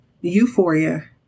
Euphoria